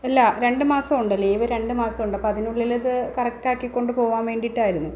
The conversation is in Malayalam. അല്ല രണ്ട് മാസം ഉണ്ട് ലീവ് രണ്ട് മാസം ഉണ്ട് അപ്പം അതിനുള്ളിലിത് കറക്റ്റ് ആക്കിക്കൊണ്ട് പോകുവാൻ വേണ്ടിയിട്ടായിരുന്നു